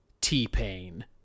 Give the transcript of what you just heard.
t-pain